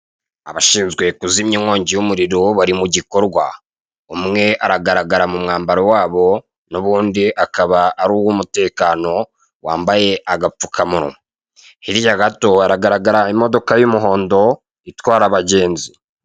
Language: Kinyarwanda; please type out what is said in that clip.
Abashinzwe kuzimya inkongi y'umuriro bari mu gikorwa, umwe aragaragara mu mwambaro wabo n'uwundi akaba ari uw'umutekano wambaye agapfukamunwa. Hirya gato haragaragara imodoka y'umuhondo itwara abagenzi.